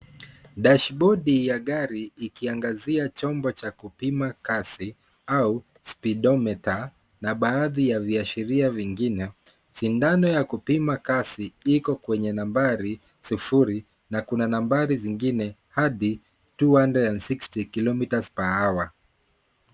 Dashibodi ya gari ikiangazia chombo cha kupima kasi au speedometer na baadhi ya viashiria vingine. Sindano ya kupima kasi Kasi iko kwenye nambari sufuri na kuna nambari zingine hadi two hundred and sixty kilometres per hour .